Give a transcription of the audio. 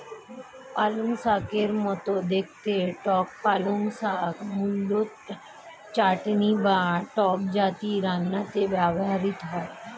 পালংশাকের মতো দেখতে টক পালং শাক মূলত চাটনি বা টক জাতীয় রান্নাতে ব্যবহৃত হয়